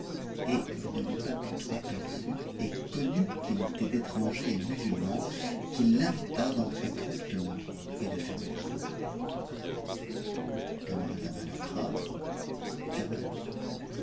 et il ne l'eut pas ptutnt aperçu et connu qu'il était étranger et musulman qu'il l'invitatrer promptement et de fermer la porte caramatzaman entra ferma la porte